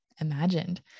imagined